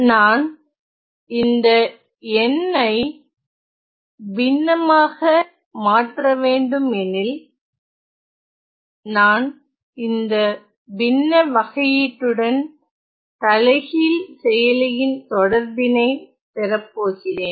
நான் இந்த n ஐ பின்னமாக மாற்றவேண்டுமெனில் நான் இந்த பின்ன வகையீட்டுடன் தலைகீழ் செயலியின் தொடர்பினை பெறப்போகிறேன்